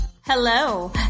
Hello